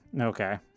Okay